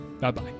Bye-bye